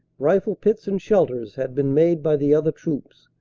rifle pits and shelters had been made by the other troops,